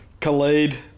Khalid